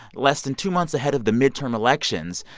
less than two months ahead of the midterm elections,